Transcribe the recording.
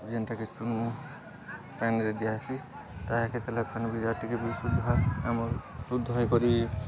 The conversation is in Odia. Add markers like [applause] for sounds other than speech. ଯେନ୍ଟାକେ ଚୁନ୍ ପାଣିରେ ଦିଆ ହେସି ତାହାକେ କେତେବେଲେ ପାଏନ୍ [unintelligible] ଟିକେ ବି ଶୁଦ୍ଧ ଆମ ଶୁଦ୍ଧ ହେଇକରି